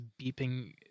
beeping